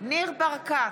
ניר ברקת,